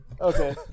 Okay